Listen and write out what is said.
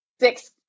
six –